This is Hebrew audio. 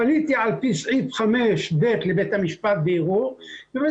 פניתי על פי סעיף 5ב לבית המשפט בערעור ובית